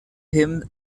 him